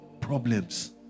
problems